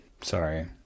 sorry